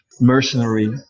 mercenary